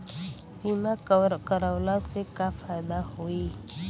बीमा करवला से का फायदा होयी?